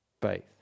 Faith